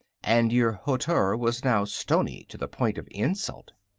and your hauteur was now stony to the point of insult.